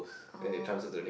oh